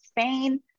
spain